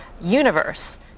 universe